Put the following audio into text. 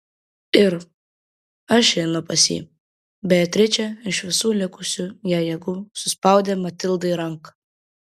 ir aš einu pas jį beatričė iš visų likusių jai jėgų suspaudė matildai ranką